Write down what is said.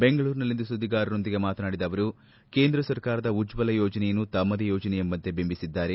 ಬೆಂಗಳೂರಿನಲ್ಲಿಂದು ಸುದ್ವಿಗಾರರೊಂದಿಗೆ ಮಾತನಾಡಿದ ಅವರುಕೇಂದ್ರ ಸರ್ಕಾರದ ಉಜ್ತಲ ಯೋಜನೆಯನ್ನು ತಮ್ನದೇ ಯೋಜನೆ ಎಂಬಂತೆ ಬಿಂಬಿಸಿದ್ದಾರೆ